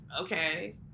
okay